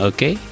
Okay